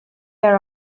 yer